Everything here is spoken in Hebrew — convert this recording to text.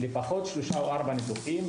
לפחות שלושה-ארבעה ניתוחים,